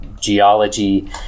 geology